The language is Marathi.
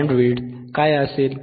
बँडविड्थ काय असेल